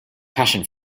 passion